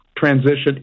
Transition